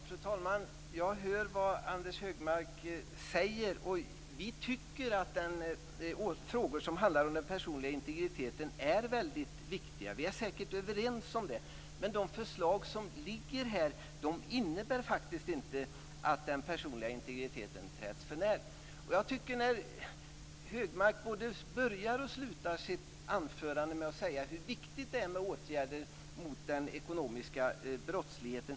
Fru talman! Jag hör vad Anders G Högmark säger. Vi tycker att de frågor som handlar om den personliga integriteten är väldigt viktiga. Men de förslag som ligger innebär faktiskt inte att den personliga integriteten träds för när. Högmark både började och slutade sitt anförande med att säga hur viktigt det är med åtgärder mot den ekonomiska brottsligheten.